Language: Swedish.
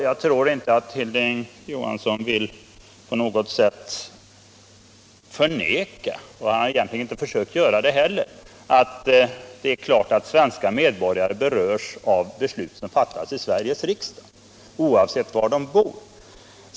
Jag tror inte att Hilding Johansson på något sätt vill förneka — han har egentligen inte försökt göra det heller — att det är klart att svenska medborgare berörs av beslut som fattats i Sveriges riksdag, oavsett var de bor.